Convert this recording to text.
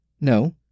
No